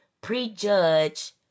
prejudge